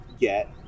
get